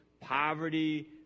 poverty